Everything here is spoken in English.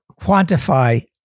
quantify